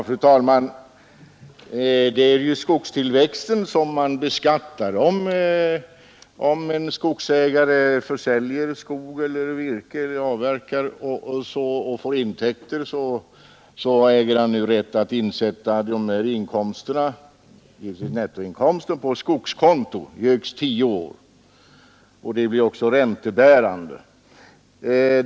Fru talman! Det är ju skogstillväxten som man beskattar. Om en skogsägare försäljer skog, äger han rätt att insätta nettoinkomsten härav på skogskonto och får ha pengarna innestående under högst tio år. Där blir pengarna också räntebärande.